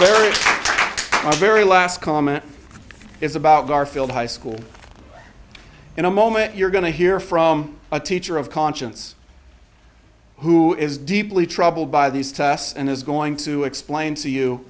very very last comment is about garfield high school in a moment you're going to hear from a teacher of conscience who is deeply troubled by these tests and is going to explain to you